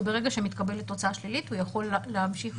וברגע שמתקבלת תוצאה שלילית הוא יכול להמשיך לבידוד.